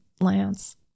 Lance